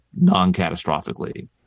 non-catastrophically